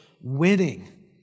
winning